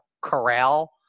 corral